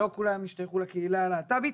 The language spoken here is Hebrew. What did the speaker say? לא כולם השתייכו לקהילה הלהט"בית,